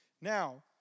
Now